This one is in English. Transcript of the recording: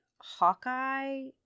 Hawkeye